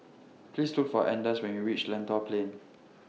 Please Look For Anders when YOU REACH Lentor Plain